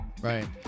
right